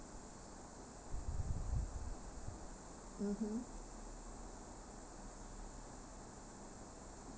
mmhmm